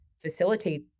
facilitate